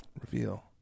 reveal